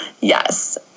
Yes